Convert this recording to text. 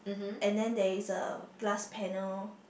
and then there is a glass panel